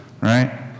right